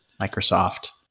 Microsoft